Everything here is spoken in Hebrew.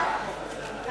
ההצעה